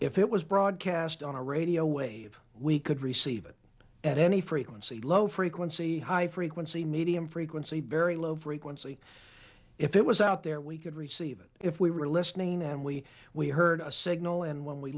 if it was broadcast on a radio wave we could receive it at any frequency low frequency high frequency medium frequency very low frequency if it was out there we could receive it if we were listening and we we heard a signal and when we